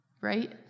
Right